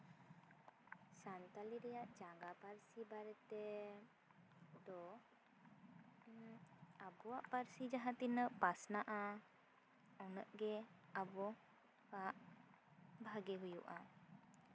ᱥᱟᱱᱛᱟᱲᱤ ᱨᱮᱭᱟᱜ ᱪᱟᱸᱜᱟ ᱯᱟᱹᱨᱥᱤ ᱵᱟᱨᱮᱛᱮ ᱫᱚ ᱟᱵᱚᱣᱟᱜ ᱯᱟᱹᱨᱥᱤ ᱡᱟᱦᱟᱸ ᱛᱤᱱᱟᱹᱜ ᱯᱟᱥᱱᱟᱜᱼᱟ ᱩᱱᱟᱹᱜ ᱜᱮ ᱟᱵᱚᱣᱟᱜ ᱵᱷᱟᱜᱮ ᱦᱩᱭᱩᱜᱼᱟ